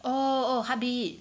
oh oh heart beat